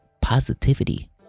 positivity